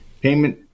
Payment